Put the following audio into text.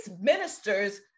ministers